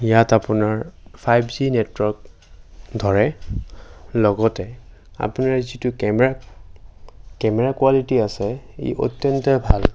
ইয়াত আপোনাৰ five G network ধৰে লগতে আপোনাৰ যিটো কেমেৰা কেমেৰা কোৱালিটি আছে ই অত্যন্ত ভাল